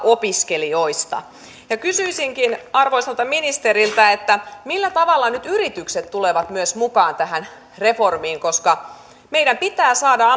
opiskelijoista kysyisinkin arvoisalta ministeriltä millä tavalla nyt yritykset tulevat myös mukaan tähän reformiin koska meidän pitää saada